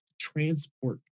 transport